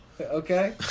Okay